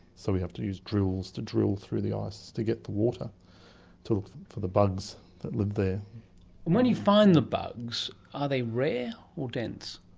so we have to use drills to drill through the ice to get the water to look for the bugs that live there. and when you find the bugs, are they rare or dense?